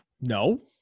No